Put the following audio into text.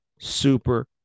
super